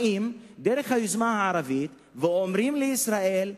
באות דרך היוזמה הערבית ואומרות לישראל: